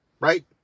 right